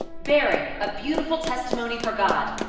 bearing a beautiful testimony for god!